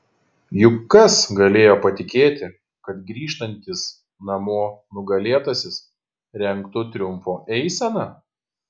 juk kas galėjo patikėti kad grįžtantis namo nugalėtasis rengtų triumfo eiseną